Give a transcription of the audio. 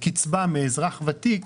קצבה מאזרח ותיק,